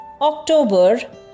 October